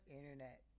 internet